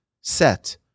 set